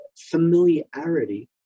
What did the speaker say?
familiarity